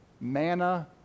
manna